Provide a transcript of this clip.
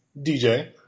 DJ